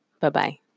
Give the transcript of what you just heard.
Bye-bye